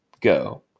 go